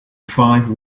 five